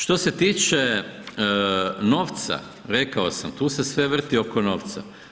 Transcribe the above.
Što se tiče novca, rekao sam, tu se sve vrti oko novca.